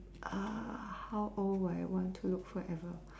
uh how old I want to look forever